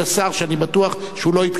ואני בטוח שהוא לא התכוון לזה,